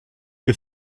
que